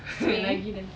swim